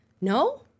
No